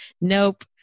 Nope